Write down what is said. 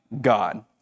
God